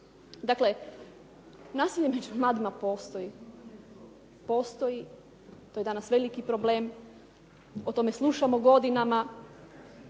Dakle, nasilje među mladima postoji. Postoji, to je danas veliki problem, o tome slušamo godinama